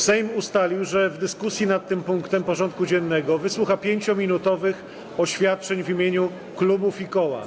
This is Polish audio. Sejm ustalił, że w dyskusji nad tym punktem porządku dziennego wysłucha 5-minutowych oświadczeń w imieniu klubów i koła.